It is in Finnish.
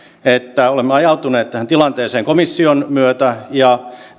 että olemme ajautuneet tähän tilanteeseen komission myötä ja